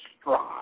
strive